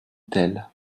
telle